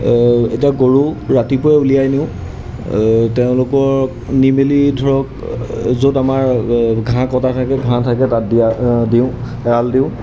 এতিয়া গৰু ৰাতিপুৱাই উলিয়াই নিওঁ তেওঁলোকক নি মেলি ধৰক য'ত আমাৰ ঘাঁহ কটা থাকে ঘাঁহ থাকে তাত দিয়া দিওঁ এৰাল দিওঁ